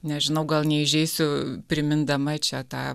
nežinau gal neįžeisiu primindama čia tą